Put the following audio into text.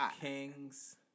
Kings